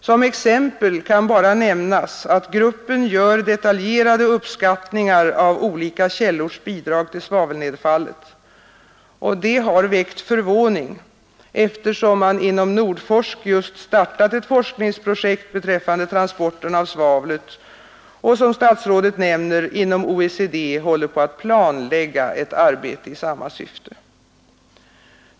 Som exempel kan bara nämnas att gruppen gör detaljerade uppskattningar av olika källors bidrag till svavelnedfallet, och det har väckt förvåning, eftersom man inom Nordforsk just startat ett forskningsprojekt beträffande transporten av svavlet och — som statsrådet nämner — inom OECD håller på att planlägga ett arbete i samma syfte.